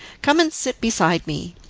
come and sit beside me.